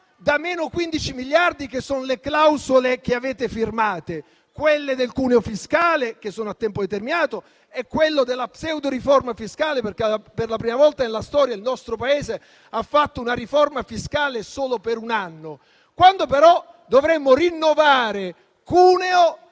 da meno 15 miliardi, che sono le clausole che avete firmato, quelle del cuneo fiscale che sono a tempo determinato e quelle della pseudoriforma fiscale, perché per la prima volta nella storia il nostro Paese ha fatto una riforma fiscale solo per un anno. Quando però dovremo rinnovare cuneo